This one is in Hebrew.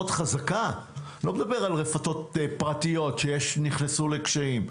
חזקה לא מדבר על רפתות פרטיות שנכנסו לקשיים,